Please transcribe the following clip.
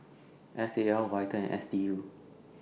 S A L Vital and S D U